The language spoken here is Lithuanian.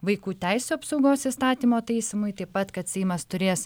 vaikų teisių apsaugos įstatymo taisymui taip pat kad seimas turės